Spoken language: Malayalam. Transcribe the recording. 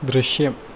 ദൃശ്യം